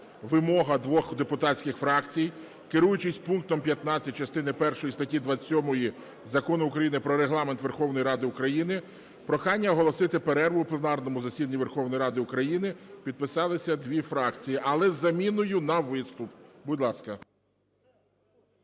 вимога двох депутатських фракцій. Керуючись пунктом 15 частини першої статті 27 Закону України "Про Регламент Верховної Ради України" прохання оголосити перерву в пленарному засіданні Верховної Ради України підписалися дві фракції, але із заміною на виступ. Будь ласка.